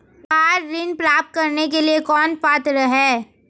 Car ऋण प्राप्त करने के लिए कौन पात्र है?